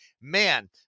man